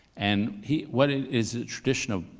and he what it is, a tradition of,